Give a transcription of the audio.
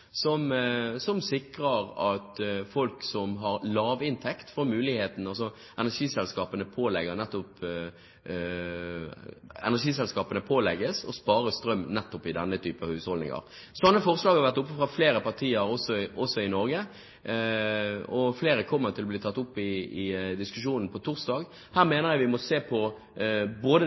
som sikrer folk som har lave inntekter. Energiselskapene pålegges å spare strøm nettopp i denne typen husholdninger. Slike forslag har vært tatt opp av flere partier i Norge, og flere kommer til å bli tatt opp i diskusjonen på torsdag. Her mener jeg vi må se på både